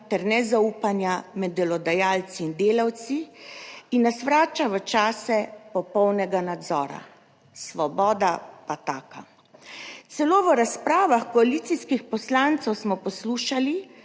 ter nezaupanja med delodajalci in delavci in nas vrača v čase popolnega nadzora - svoboda pa taka! Celo v razpravah koalicijskih poslancev smo poslušali,